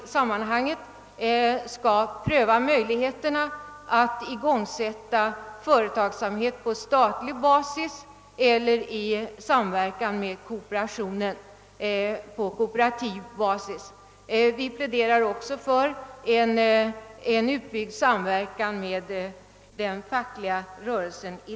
Man bör därvid pröva möjligheterna att igångsätta företagsamhet på statlig basis eller i samverkan med kooperationen på kooperativ basis. Vi pläderar i detta sammanhang också för en utbyggd samverkan med den fackliga rörelsen.